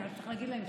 אני אגיד את זה